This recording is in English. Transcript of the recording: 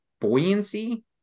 Buoyancy